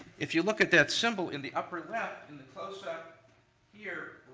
if you look at that symbol in the upper left in the closeup here,